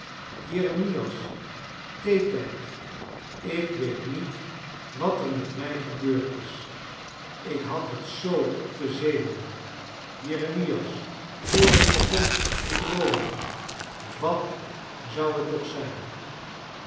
jeremias theetijd ik weet niet wat er met mij gebeurd is ik had het zoo op de zenuwen jeremias voor ik begon te droomen wat zou het toch zijn